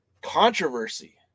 controversy